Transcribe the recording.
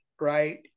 right